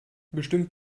bestimmt